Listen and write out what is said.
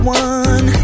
one